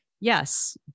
yes